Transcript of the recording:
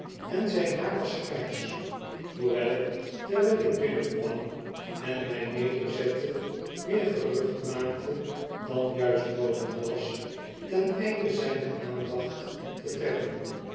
en zijn haar was grys hoewel ik terwylikbinnenk'wamen mg nederzette meer gerucht maakte dan juist noodig was ten einde zyne aandacht te trekken